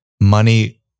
money